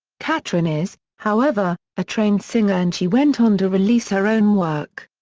katrin is, however, a trained singer and she went on to release her own work.